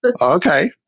Okay